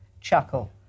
chuckle